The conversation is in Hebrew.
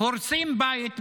הורסים בית בג'דיידה-מכר,